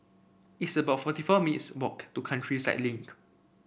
it's about forty four minutes' walk to Countryside Link